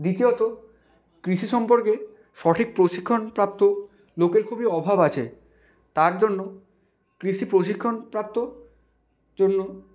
দ্বিতীয়ত কৃষি সম্পর্কে সঠিক প্রশিক্ষণপ্রাপ্ত লোকের খুবই অভাব আছে তার জন্য কৃষি প্রশিক্ষণপ্রাপ্ত জন্য